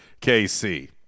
KC